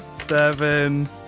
seven